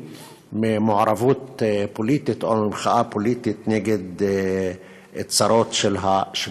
ממעורבות פוליטית או ממחאה פוליטית נגד צרות של השלטון.